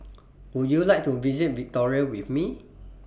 Would YOU like to visit Victoria with Me